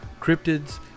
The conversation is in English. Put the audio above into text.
cryptids